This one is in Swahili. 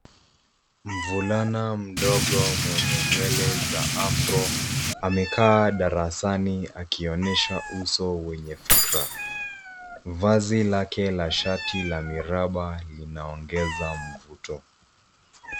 Mvulana mdogo mwenye nywele za afro amekaa darasani akionyesha uso wenye fikra. Vazi lake la shati la miraba linaongeza mvuto.